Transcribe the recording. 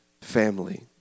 family